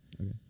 Okay